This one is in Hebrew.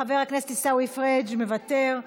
חבר הכנסת עיסאווי פריג' מוותר,